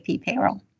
payroll